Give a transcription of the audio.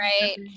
Right